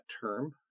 term